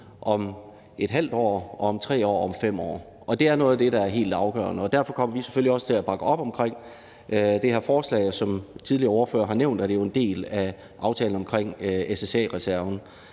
om et halvt år, om 3 år og om 5 år. Det er noget af det, der er helt afgørende. Derfor kommer vi selvfølgelig også til at bakke op om det her forslag. Som tidligere ordførere har nævnt, er det jo en del af aftalen om SSA-reserven.